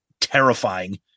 terrifying